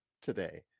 today